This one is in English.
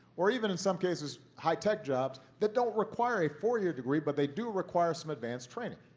or even, in some cases, high-tech jobs that don't require a four-year degree but they do require some advanced training.